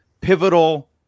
pivotal